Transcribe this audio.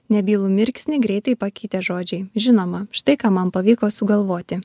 nebylų mirksnį greitai pakeitė žodžiai žinoma štai ką man pavyko sugalvoti